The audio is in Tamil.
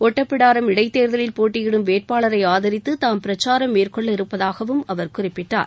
ஒட்டப்பிடாரம் இடைத் தேர்தலில் போட்டியிடும் வேட்பாளர ஆதரித்து தாம் பிரச்சாரம் மேற்கொள்ள இருப்பதாகவும் அவர் குறிப்பிட்டார்